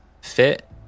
fit